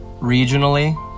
regionally